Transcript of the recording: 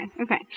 okay